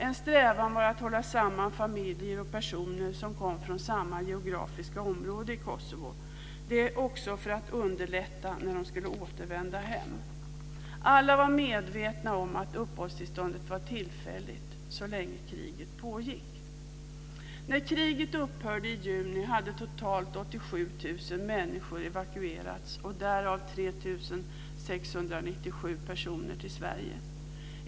En strävan var att hålla samman familjer och personer som kom från samma geografiska område i Kosovo. Detta också för att underlätta när de skulle återvända hem. Alla var medvetna om att uppehållstillståndet var tillfälligt och gällde så länge kriget pågick. människor evakuerats, därav 3 697 personer till Sverige.